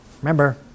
Remember